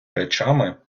речами